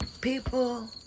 People